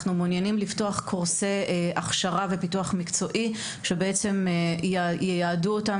אנחנו מעוניינים לפתוח קורסי הכשרה ופיתוח מקצועי שייעדו אותם